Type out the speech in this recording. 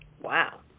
Wow